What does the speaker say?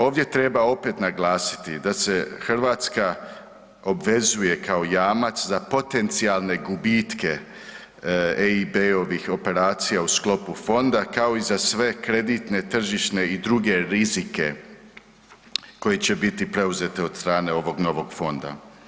Ovdje treba opet naglasiti da se Hrvatska obvezuje kao jamac za potencijalne gubitke EIB-ovih operacija u sklopu fonda, kao i za sve kreditne, tržišne i druge rizike koji će biti preuzeti od strane ovog novog fonda.